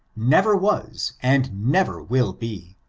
never was and never will be,